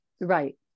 right